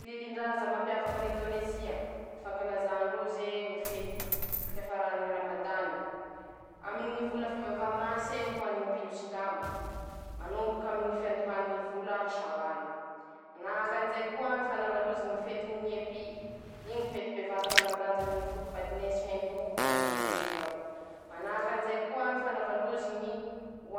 Lilindraza mampiavaky an'Endônezia: ñy fankalazà ndroze ñy fety fiafarany ñy ramadany, aminy ñy vola fivavaha masé ho any ñy silamo, manomboke aminy ñy fihandohany ñy vola saoaly, manahakan'izay koa ñy fanaova ndrozy ñy fety eepy, io fety bevata manadanja aminy ñy foko belinesy endò a Endônizy ao, manahakan'izay koa ñy fanaova ndrozy ñy.